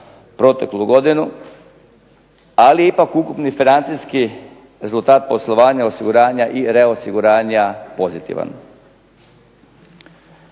proteklu godinu, ali ipak ukupni financijski rezultat poslovanja osiguranja i reosiguranja pozitivan.